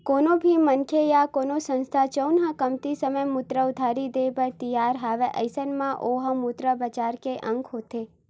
कोनो भी मनखे या कोनो संस्था जउन ह कमती समे मुद्रा उधारी देय बर तियार हवय अइसन म ओहा मुद्रा बजार के अंग होथे